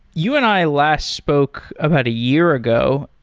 you and i last spoke about a year ago.